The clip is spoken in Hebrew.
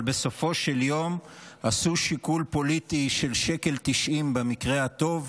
אבל בסופו של יום עשו שיקול פוליטי של שקל ותשעים במקרה הטוב,